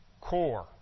core